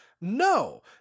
No